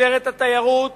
משטרת התיירות